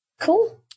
Cool